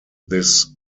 this